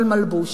על מלבוש.